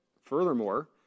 Furthermore